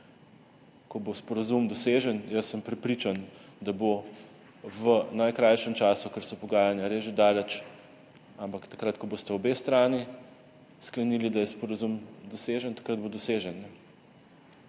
Ko bo sporazum dosežen, sem prepričan, da bo v najkrajšem času, ker so pogajanja res že daleč, ampak takrat, ko bosta obe strani sklenili, da je sporazum dosežen, takrat bo dosežen,